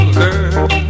girl